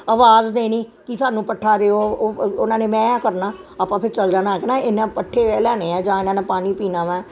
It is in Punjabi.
ਆਵਾਜ਼ ਦੇਣੀ ਕਿ ਸਾਨੂੰ ਪੱਠਾ ਦਿਓ ਉਹਨਾਂ ਨੇ ਮੈਂ ਕਰਨਾ ਆਪਾਂ ਫਿਰ ਚਲ ਜਾਣਾ ਪੱਠੇ ਲੈਣੇ ਆ ਜਾਂ ਇਹਨਾਂ ਨੇ ਪਾਣੀ ਪੀਣਾ ਵਾ